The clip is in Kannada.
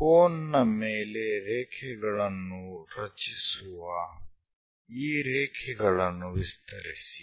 ಕೋನ್ ನ ಮೇಲೆ ರೇಖೆಗಳನ್ನು ರಚಿಸುವ ಈ ರೇಖೆಗಳನ್ನು ವಿಸ್ತರಿಸಿ